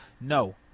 no